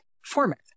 format